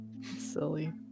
Silly